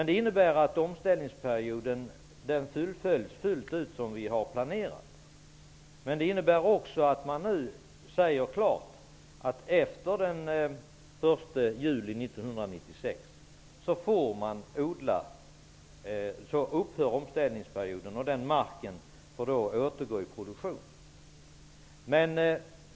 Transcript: Det innebär att omställningsperioden fullföljs fullt ut som vi har planerat, men det innebär också att det nu sägs klart att omställningsperioden upphör efter den 1 juli 1996 och att marken då får återgå i produktion.